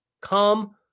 Come